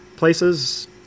places